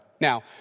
Now